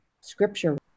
scripture